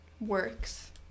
works